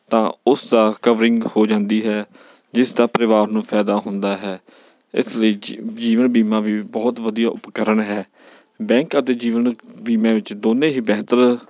ਤਾਂ ਉਸਦਾ ਕਵਰਿੰਗ ਹੋ ਜਾਂਦੀ ਹੈ ਜਿਸ ਦਾ ਪਰਿਵਾਰ ਨੂੰ ਫਾਇਦਾ ਹੁੰਦਾ ਹੈ ਇਸ ਲਈ ਜੀ ਜੀਵਨ ਬੀਮਾ ਵੀ ਬਹੁਤ ਵਧੀਆ ਉਪਕਰਨ ਹੈ ਬੈਂਕ ਅਤੇ ਜੀਵਨ ਬੀਮਿਆਂ ਵਿੱਚ ਦੋਵੇਂ ਹੀ ਬਿਹਤਰ